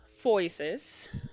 voices